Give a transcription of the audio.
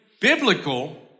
biblical